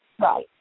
Right